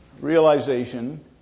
realization